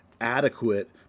adequate